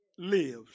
lives